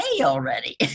already